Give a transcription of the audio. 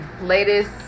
latest